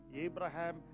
Abraham